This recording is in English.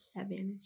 advantage